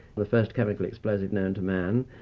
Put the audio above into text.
the first chemical explosive known to man.